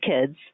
kids